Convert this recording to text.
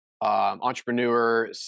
entrepreneur